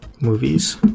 movies